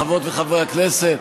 חברות וחברי הכנסת,